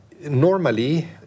normally